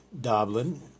Doblin